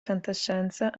fantascienza